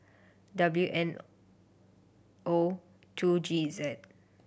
W M O two G Z